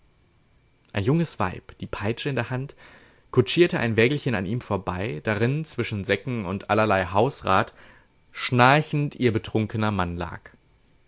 ein junges weib die peitsche in der hand kutschierte ein wägelchen an ihm vorbei darin zwischen säcken und allerlei hausrat schnarchend ihr betrunkener mann lag